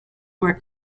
where